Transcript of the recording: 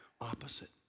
opposite